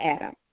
Adam